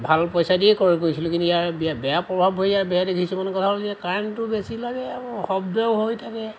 ভাল পইচা দিয়ে ক্ৰয় কৰিছিলোঁ কিন্তু ইয়াৰ বেয়া বেয়া প্ৰভাৱ বেয়া দেখিছোঁ মানে কথা হ'ল যে কাৰেণ্টো বেছি লাগে আৰু শব্দও হৈ থাকে